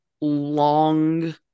long